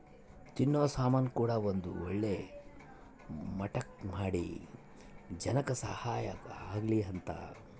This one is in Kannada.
ತಿನ್ನೋ ಸಾಮನ್ ಕೂಡ ಒಂದ್ ಒಳ್ಳೆ ಮಟ್ಟಕ್ ಮಾಡಿ ಜನಕ್ ಸಹಾಯ ಆಗ್ಲಿ ಅಂತ